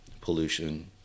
pollution